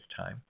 time